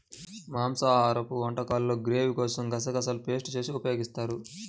మాంసాహరపు వంటకాల్లో గ్రేవీ కోసం గసగసాలను పేస్ట్ చేసి ఉపయోగిస్తారు